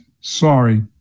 sorry